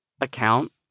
account